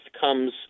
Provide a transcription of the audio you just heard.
comes